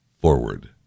forward